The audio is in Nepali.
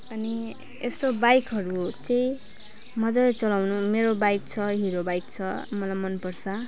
अनि यस्तो बाइकहरू चाहिँ मजाले चलाउनु मेरो बाइक छ हिरो बाइक छ मलाई मन पर्छ